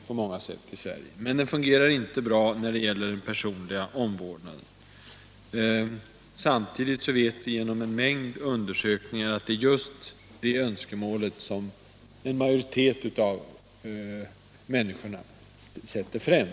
Men den fungerar inte bra när det gäller den personliga omvårdnaden. Och vi vet genom ett stort antal undersökningar att det just är den personliga omvårdnaden som majoriteten av patienterna sätter främst.